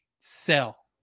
sell